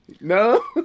No